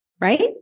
right